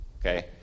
Okay